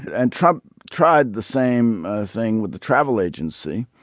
and trump tried the same thing with the travel agency.